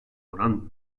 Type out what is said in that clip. oran